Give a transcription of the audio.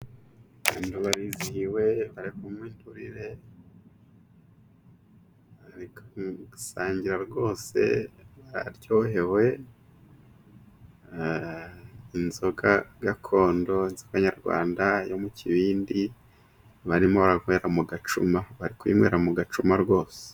Abantu barizihiwe, bari kunywa inturire, bari gusangira rwose baryohewe, inzoga gakondo z'Abanyarwanda, yo mu kibindi barimo baranywera mu gacuma, bari kunywera mu gacuma rwose.